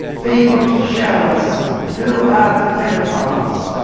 people to show us who are the paedophiles,